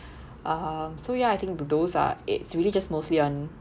um so ya I think the those are it's really just mostly on